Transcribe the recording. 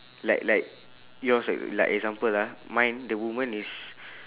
like like yours like like example ah mine the woman is